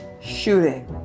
shooting